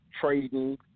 trading